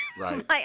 right